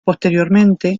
posteriormente